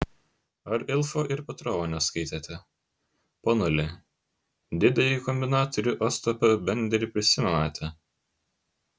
ar ilfo ir petrovo neskaitėte ponuli didįjį kombinatorių ostapą benderį prisimenate